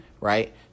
right